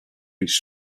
routes